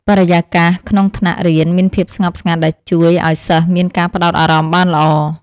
បរិយាកាសក្នុងថ្នាក់រៀនមានភាពស្ងប់ស្ងាត់ដែលជួយឱ្យសិស្សមានការផ្ដោតអារម្មណ៍បានល្អ។